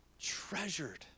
treasured